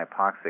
hypoxic